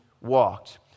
walked